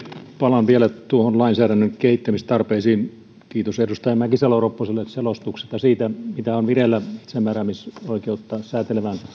palaan vielä lainsäädännön kehittämistarpeisiin kiitos edustaja mäkisalo ropposelle selostuksesta siitä mitä on vireillä itsemääräämisoikeutta säätelevän